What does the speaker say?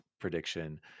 prediction